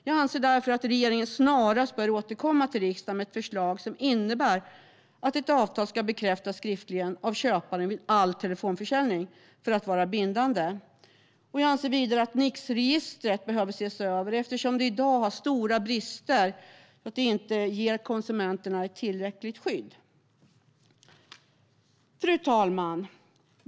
Jag anser därför att regeringen snarast bör återkomma till riksdagen med ett förslag som innebär att ett avtal ska bekräftas skriftligen av köparen vid all telefonförsäljning för att vara bindande. Jag anser vidare att Nixregistret behöver ses över eftersom det i dag har så stora brister att det inte ger konsumenterna ett tillräckligt skydd. Fru talman!